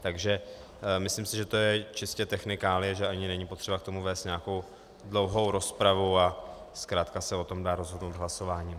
Takže myslím, že to je čistě technikálie, že ani není potřeba k tomu vést nějakou dlouhou rozpravu a zkrátka se dá o tom rozhodnout hlasováním.